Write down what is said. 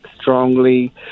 strongly